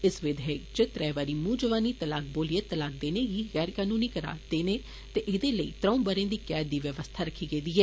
इस विधेयक च त्रै बारी मूंह जबानी तलाक बोलियै तलाक देने गी गैर कनूनी करार देने ते एहदे लेई त्रौं ब'रें दी कैद दी बवस्था रक्खी गेदी ऐ